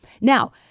now